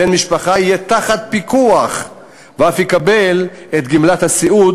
בן-המשפחה יהיה תחת פיקוח ואף יקבל את גמלת הסיעוד